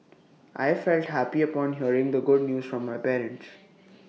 I felt happy upon hearing the good news from my parents